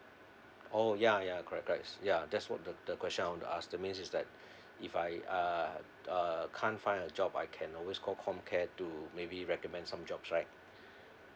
oh ya ya correct correct ya that's what the the question I wanted to ask that means is that if I uh uh can't find a job I can always call comcare to maybe recommend some jobs right